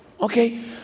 Okay